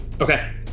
Okay